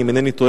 אם איני טועה,